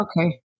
Okay